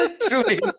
Truly